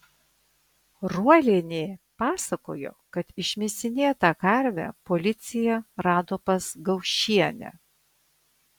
ruolienė pasakojo kad išmėsinėtą karvę policija rado pas gaušienę